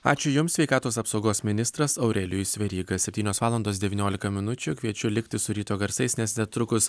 ačiū jums sveikatos apsaugos ministras aurelijus veryga septynios valandos devyniolika minučių kviečiu likti su ryto garsais nes netrukus